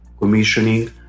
commissioning